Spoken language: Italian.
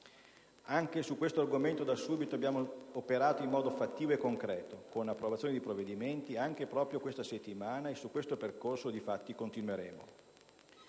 Anche su questo argomento da subito abbiamo operato in modo fattivo e concreto con approvazioni di provvedimenti anche proprio questa settimana e su questo percorso di fatti continueremo.